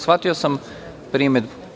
Shvatio sam primedbu.